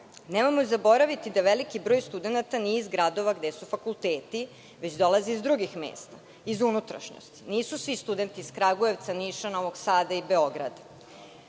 Nemojmo zaboraviti da veliki broj studenata nije iz gradova gde su fakulteti već dolaze i drugih mesta, iz unutrašnjosti. Nisu svi studenti iz Kragujevca, Niša, Novog Sada i Beograda.